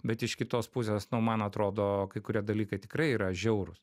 bet iš kitos pusės nu man atrodo kai kurie dalykai tikrai yra žiaurūs